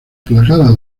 plagada